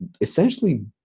essentially